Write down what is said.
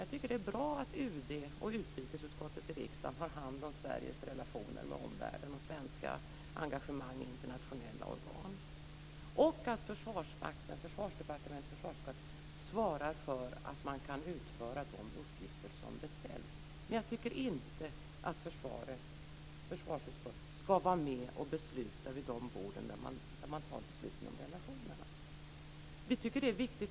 Jag tycker att det är bra att UD och utrikesutskottet i riksdagen har hand om Sveriges relationer med omvärlden och svenska engagemang i internationella organ och att Försvarsmakten, Försvarsdepartementet och försvarsutskottet svarar för att man kan utföra de uppgifter som beställs. Men jag tycker inte att försvarsutskottet ska vara med och besluta vid de bord där man fattar besluten om relationerna.